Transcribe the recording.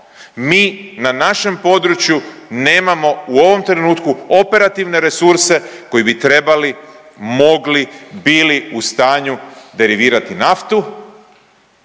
mi na našem području nemamo u ovom trenutku operativne resurse koji bi trebali, mogli, bili u stanju derivirati naftu